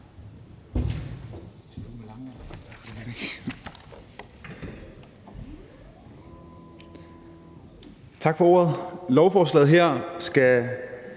Tak for ordet. Lovforslaget her skal